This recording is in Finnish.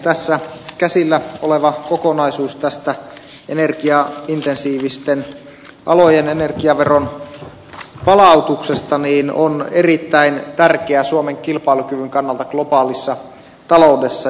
tässä käsillä oleva kokonaisuus energiaintensiivisten alojen energiaveron palautuksesta on erittäin tärkeä suomen kilpailukyvyn kannalta globaalissa taloudessa